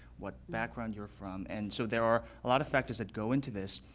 what background you're from, and so there are a lot of factors that go into this,